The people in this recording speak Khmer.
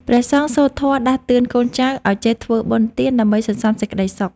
ព្រះសង្ឃសូត្រធម៌ដាស់តឿនកូនចៅឱ្យចេះធ្វើបុណ្យទាន ដើម្បីសន្សំសេចក្ដីសុខ។